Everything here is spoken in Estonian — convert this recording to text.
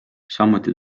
samuti